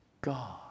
God